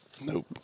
Nope